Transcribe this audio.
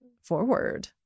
forward